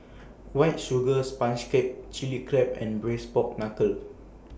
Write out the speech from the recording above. White Sugar Sponge Cake Chili Crab and Braised Pork Knuckle